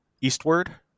eastward